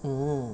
mm